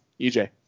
EJ